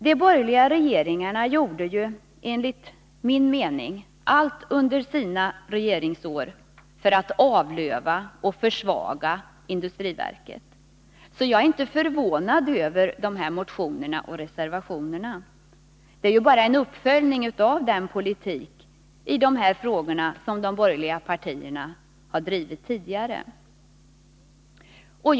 De borgerliga regeringarna gjorde, enligt min mening, under sina regeringsår allt för att avlöva och försvaga industriverket, så jag är inte förvånad över motionerna och reservationerna i ärendet. Det är ju bara en uppföljning av den politik i dessa frågor som de borgerliga partierna tidigare har drivit.